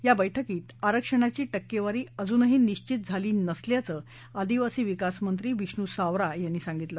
या बैठकीत आरक्षणाची टक्क्वीरी अद्याप निश्वित झाली नसल्याचं आदिवासी विकास मंत्री विष्णू सावरा यांनी सांगितलं